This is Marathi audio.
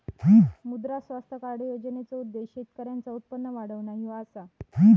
मुद्रा स्वास्थ्य कार्ड योजनेचो उद्देश्य शेतकऱ्यांचा उत्पन्न वाढवणा ह्यो असा